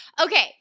Okay